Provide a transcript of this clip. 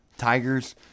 Tigers